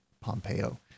Pompeo